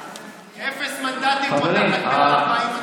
אפס מנדטים פותחת פה על 40 מנדטים.